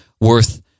worth